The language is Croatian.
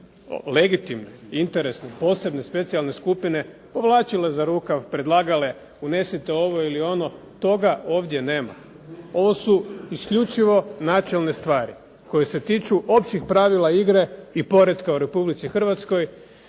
legitimne, interesne, posebne, specijalne skupine povlačile za rukav, predlagale unesite ovo ili ono, toga ovdje nema. Ovo su isključivo načelne stvari koje se tiču općih pravila igre i poretka u Republici Hrvatskoj